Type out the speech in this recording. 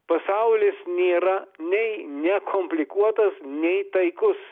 pasaulis nėra nei nekomplikuotas nei taikus